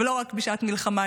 ולא רק בשעת מלחמה,